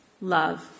love